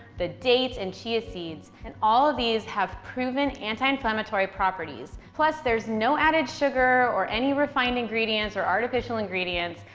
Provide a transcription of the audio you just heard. the dates, and chia seeds, and all of these have proven anti-inflammatory properties, plus there's no added sugar or any refined ingredients or artificial ingredients.